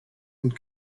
und